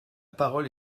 parole